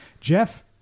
Jeff